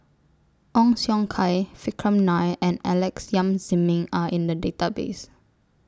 Ong Siong Kai Vikram Nair and Alex Yam Ziming Are in The Database